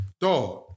Dog